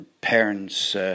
parents